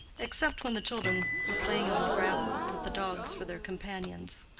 except when the children were playing on the gravel with the dogs for their companions.